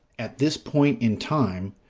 at this point in time,